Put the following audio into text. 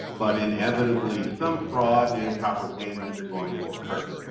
but inevitably some fraud and and improper payments are going to occur.